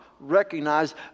recognize